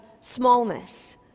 smallness